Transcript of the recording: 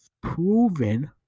proven